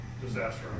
disaster